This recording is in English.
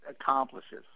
accomplishes